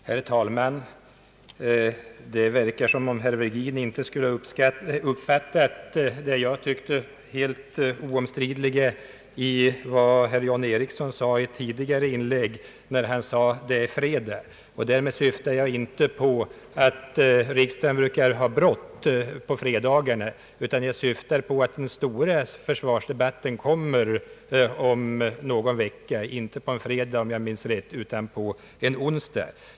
Herr talman! Det verkar, som om herr Virgin inte skulle ha uppfattat det som jag tyckte var helt obestridligt i vad herr John Ericsson i ett tidigare inlägg anförde, när herr Ericsson sade att det var fredag. Därmed syftar jag inte på att riksdagen brukar ha brått på fredagarna, utan jag syftar på att den stora försvarsdebatten kommer upp om någon vecka, inte på en fredag — om jag minns rätt — utan på en onsdag.